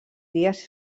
dies